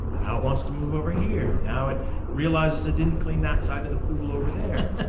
now it wants to move over here. now it realizes it didn't clean that side of the pool over there.